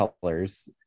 colors